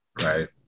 Right